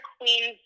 queen's